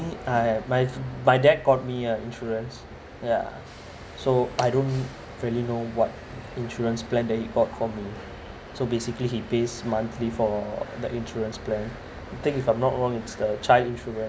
uh my my dad got me a insurance yeah so I don't really know what insurance plan they got for me so basically he pays monthly for the insurance plan I think if I'm not wrong it's a child insurance